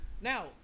Now